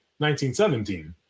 1917